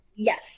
Yes